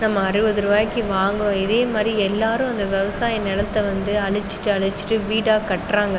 நம்ம அறுபது ரூபாயிக்கு வாங்கிறோம் இதே மாதிரி எல்லோரும் அந்த விவசாய நிலத்த வந்து அழிச்சுட்டு அழிச்சுட்டு வீடாக கட்டுகிறாங்க